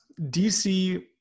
DC